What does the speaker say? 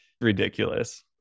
ridiculous